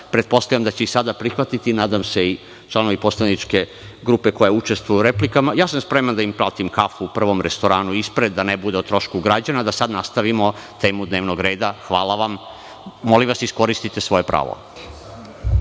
Pretpostavljam da će i sada prihvatiti, nadam se i članovi poslaničke grupe koja učestvuje u replikama i ja sam spreman da im platim kafu u prvom restoranu ispred, da ne bude o trošku građana, da sada nastavimo temu dnevnog reda. Hvala vam i molim vas, iskoristite svoje pravo.